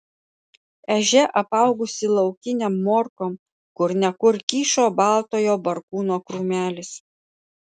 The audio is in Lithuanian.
ežia apaugusi laukinėm morkom kur ne kur kyšo baltojo barkūno krūmelis